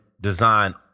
design